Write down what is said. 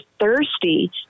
thirsty